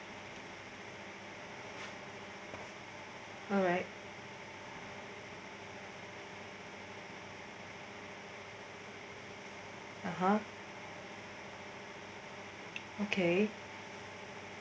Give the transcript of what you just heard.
alright (uh huh) okay